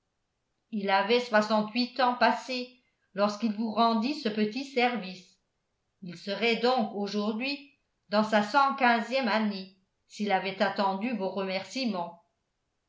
il avait soixante-huit ans passés lorsqu'il vous rendit ce petit service il serait donc aujourd'hui dans sa cent quinzième année s'il avait attendu vos remerciements